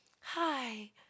hi